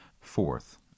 Fourth